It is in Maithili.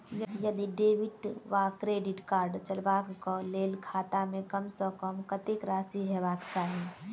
यदि डेबिट वा क्रेडिट कार्ड चलबाक कऽ लेल खाता मे कम सऽ कम कत्तेक राशि हेबाक चाहि?